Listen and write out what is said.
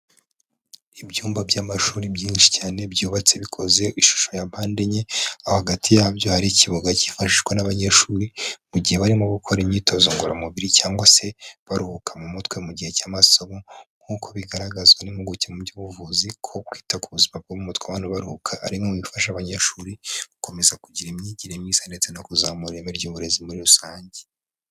Ibyumba by'amashuri byinshi cyane byubatse bikozeho ishusho ya mpande enye, aho hagati yabyo hari ikibuga cyifashishwa n'abanyeshuri mu gihe barimo gukora imyitozo ngororamubiri, cyangwa se baruhuka mu mutwe mu gihe cy'amasomo, nk'uko bigaragazwa n'impuguke mu by'ubuvuzi; ko kwita ku buzima bwo mu mutwe abantu baruhuka, ari bimwe mu bifasha abanyeshuri gukomeza kugira imyigire myiza, ndetse no kuzamura ireme ry'uburezi muri rusange.